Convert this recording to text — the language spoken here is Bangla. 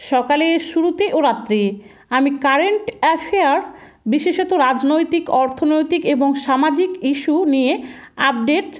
সকালে শুরুতে ও রাত্রে আমি কারেন্ট অ্যাফেয়ার বিশেষত রাজনৈতিক অর্থনৈতিক এবং সামাজিক ইস্যু নিয়ে আপডেট